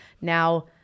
now